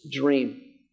dream